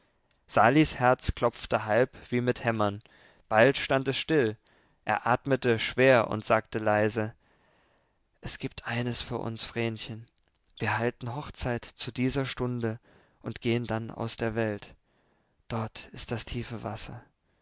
salis herz klopfte halb wie mit hämmern bald stand es still er atmete schwer und sagte leise es gibt eines für uns vrenchen wir halten hochzeit zu dieser stunde und gehen dann aus der welt dort ist das tiefe wasser dort